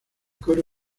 coro